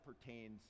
pertains